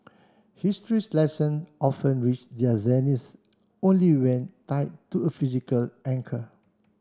history's lesson often reach their zenith only when tied to a physical anchor